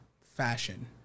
fashion